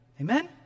Amen